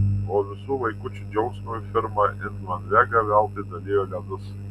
o visų vaikučių džiaugsmui firma ingman vega veltui dalijo ledus